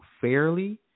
fairly